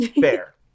Fair